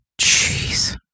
jeez